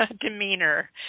demeanor